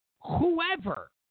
whoever